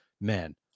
man